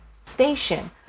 Station